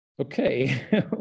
okay